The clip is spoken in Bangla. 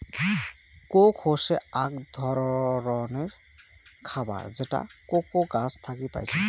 কোক হসে আক ধররনের খাবার যেটা কোকো গাছ থাকি পাইচুঙ